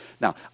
Now